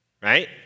right